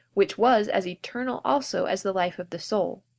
which was as eternal also as the life of the soul.